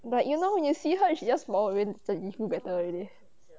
but you know when you see her she just smile like she feel better already